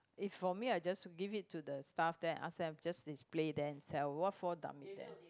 if for me I'll just give it to the staff there ask them just display then sell what for dump there